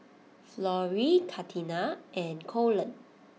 Florie Katina and Colon